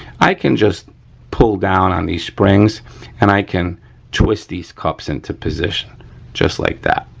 i can just pull down on these springs and i can twist these cups into position just like that,